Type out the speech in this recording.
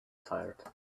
tired